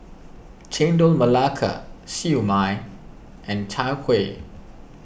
Chendol Melaka Siew Mai and Chai Kuih